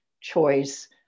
choice